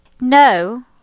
No